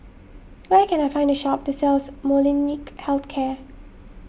where can I find a shop that sells Molnylcke Health Care